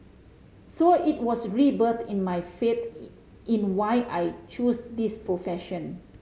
so it was a rebirth in my faith in why I chose this profession